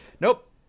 nope